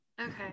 Okay